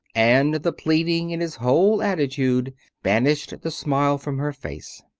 and the pleading in his whole attitude banished the smile from her face.